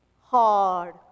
hard